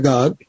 God，